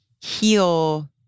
heal